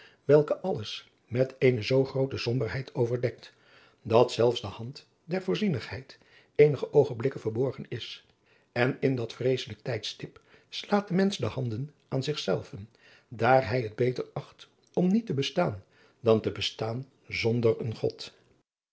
welke alles met eene zoo groote somberheid overdekt dat zelfs de hand der voorzienigheid eenige oogenbrikken verborgen is en in dat vreesselijk tijdstip slaat de mensch de handen aan zichzelven daar hij het beter acht om niet te bestaan dan te bestaan zonder een god